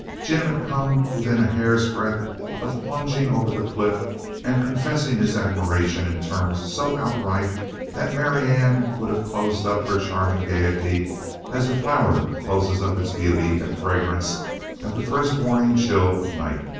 jim had come within a hair's breadth of plunging over the cliff and confessing his admiration in terms so outright that marianne would have closed up her charming gaiety as a flower closes up its beauty and fragrance at the first warning chill of night.